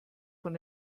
von